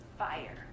fire